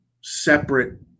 separate